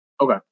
Okay